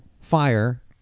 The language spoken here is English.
fire